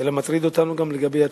אלא מטריד אותנו גם לגבי העתיד,